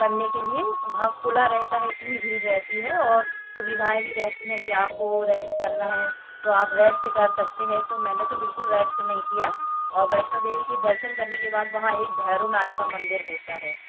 करने के लिए वहाँ खुला रहता है इतनी भीड़ रहती है और सुविधाएँ भी रहती हैं कि आपको रैस्ट करना है तो आप रैस्ट कर सकते है तो मैंने तो बिलकुल रैस्ट नहीं किया और वैष्णो देवी के दर्शन करने के बाद वहाँ एक भैरव नाथ का मंदिर होता है